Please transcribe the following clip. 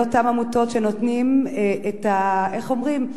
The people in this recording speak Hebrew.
אלה אותן עמותות שנותנות, איך אומרים,